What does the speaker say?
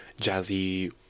jazzy